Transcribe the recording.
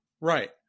Right